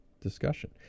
discussion